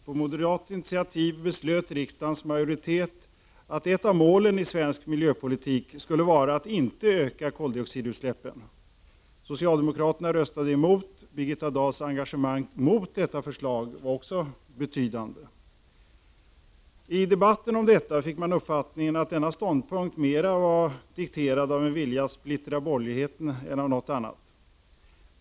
På moderat initiativ beslöt riksdagens majoritet att ett av målen i svensk miljöpolitik skulle vara att inte öka koldioxidutsläppen. Socialdemokraterna röstade emot. Birgitta Dahls engagemang mot detta förslag var också betydande. I debatten om detta fick man uppfattningen att denna ståndpunkt mera var dikterad av en vilja att splittra borgerligheten än av något annat.